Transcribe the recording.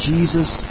Jesus